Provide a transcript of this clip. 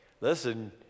listen